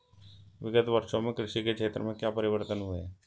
विगत वर्षों में कृषि के क्षेत्र में क्या परिवर्तन हुए हैं?